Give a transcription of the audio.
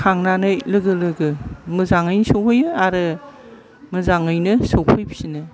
थांनानै लोगो लोगो मोजाङैनो सहैयो आरो मोजाङैनो सफैफिनो